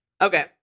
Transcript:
Okay